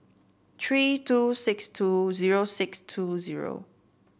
three two six two zero six two zero